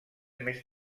més